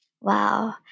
wow